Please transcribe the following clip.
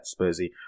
Spursy